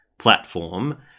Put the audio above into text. platform